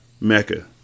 Mecca